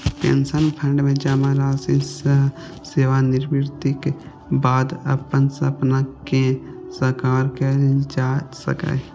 pension fund मे जमा राशि सं सेवानिवृत्तिक बाद अपन सपना कें साकार कैल जा सकैए